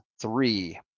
three